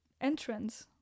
entrance